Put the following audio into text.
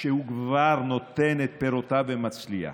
והוא כבר נותן את פירותיו ומצליח.